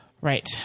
Right